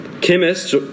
Chemists